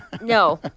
no